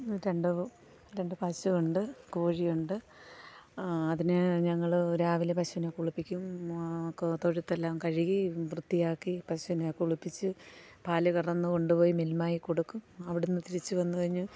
രണ്ട് രണ്ട് പശുവുണ്ട് കോഴിയുണ്ട് അതിനെ ഞങ്ങൾ രാവിലെ പശുവിനെ കുളിപ്പിക്കും തൊഴുത്തെല്ലാം കഴുകി വൃത്തിയാക്കി പശുവിനെ കുളിപ്പിച്ച് പാല് കറന്നുകൊണ്ടുപോയി മിൽമയിൽ കൊടുക്കും അവിടെനിന്ന് തിരിച്ചുവന്നുകഴിഞ്ഞ്